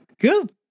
Good